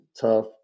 tough